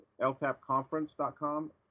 ltapconference.com